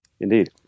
Indeed